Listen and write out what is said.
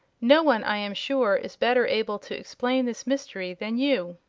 no, one, i am sure, is better able to explain this mystery than you.